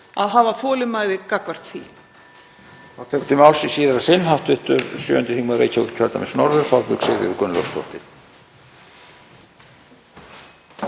að hafa þolinmæði gagnvart því.